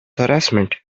harassment